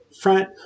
front